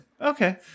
okay